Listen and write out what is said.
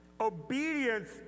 obedience